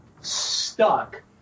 stuck